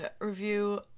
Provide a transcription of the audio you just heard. review